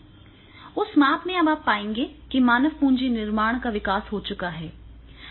उस माप में भी आप पाएंगे कि मानव पूंजी निर्माण का विकास हो चुका है